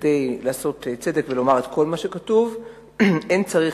כדי לעשות צדק ולומר את כל מה שכתוב: אין צריך